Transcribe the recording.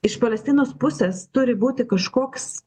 iš palestinos pusės turi būti kažkoks